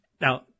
Now